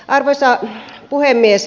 arvoisa puhemies